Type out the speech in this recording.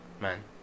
man